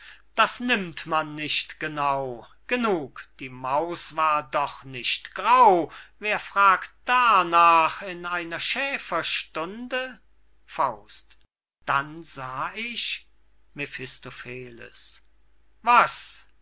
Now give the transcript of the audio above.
das nimmt man nicht genau genug die maus war doch nicht grau wer fragt darnach in einer schäferstunde dann sah ich mephistopheles was